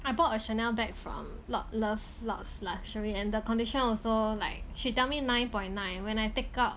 I bought a Chanel bag from lot love lots luxury and the condition also like she tell me nine point nine when I take out